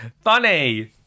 Funny